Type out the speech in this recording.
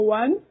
one